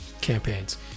campaigns